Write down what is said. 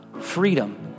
freedom